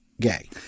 gay